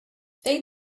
they